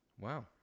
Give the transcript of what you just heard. wow